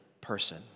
person